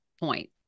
point